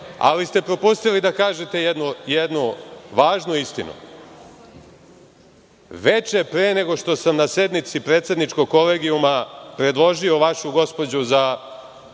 ali ste propustili da kažete jednu važnu istinu. Veče pre nego što sam na sednici predsedničkog kolegijuma predložio vašu gospođu za